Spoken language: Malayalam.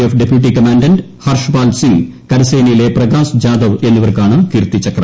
എഫ് ഒഡ്ട്രൂപ്പൂട്ടി കമാന്റന്റ ഹർഷ്പാൽസിംഗ് കരസേനയിലെ പ്രക്ട്ശ്ജാ്ദവ് എന്നിവർക്കാണ് കീർത്തിചക്ര